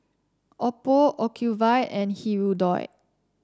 Oppo Ocuvite and Hirudoid